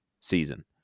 season